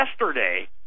yesterday